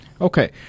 Okay